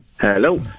Hello